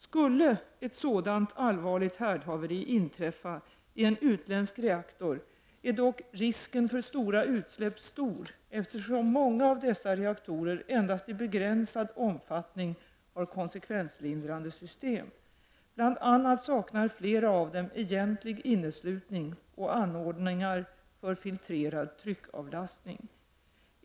Skulle ett sådant allvarligt härdhaveri inträffa i en utländsk reaktor är dock risken för stora utsläpp stor, eftersom många av dessa reaktorer endast i begränsad omfattning har konsekvenslindrande system. Bl.a. saknar flera av dem egentlig inneslutning och anordningar för filtrerad tryckavlastning.